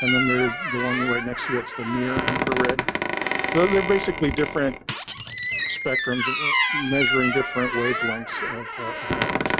and then there is the one right next to its the near-infrared so they're basically different spectrums or measuring different wavelengths of of light